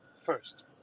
first